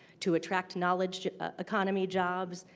to attract knowledge economy jobs,